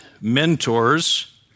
mentors